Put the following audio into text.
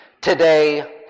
Today